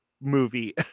movie